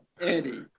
Andy